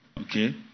Okay